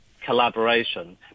collaboration